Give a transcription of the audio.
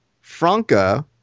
Franca